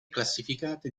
classificate